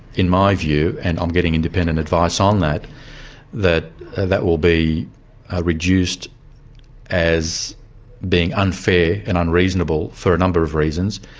in my view and i'm getting independent advice on that that that will be reduced as being unfair and unreasonable, for a number of reasons,